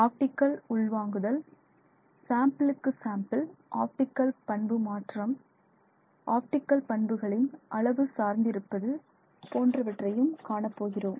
optical உள்வாங்குதல் சாம்பிளுக்கு sample optical பண்பு மாற்றம் ஆப்டிகல் பண்புகளின் அளவு சார்ந்திருப்பது போன்றவற்றையும் காண போகிறோம்